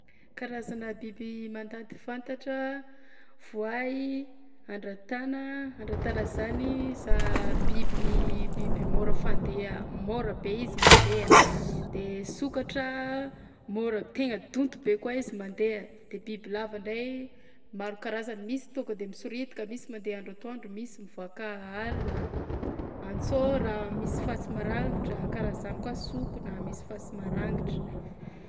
Karazana biby mandady fantatra: voay andratana, andratana zany za- biby biby môra fandeha, môra be izy mandeha de sokatra môra- tegna donto b koa izy mandeha de bibilava ndray maro karazany misy tonga de misoritika, misy mandeha andro antoandro, misy mivoaka alina, antsôra misy fasy maragnitra karaha zany koa sokona misy fasy marangitra.